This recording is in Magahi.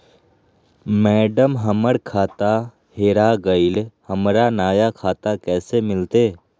मैडम, हमर खाता हेरा गेलई, हमरा नया खाता कैसे मिलते